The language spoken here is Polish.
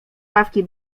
ławki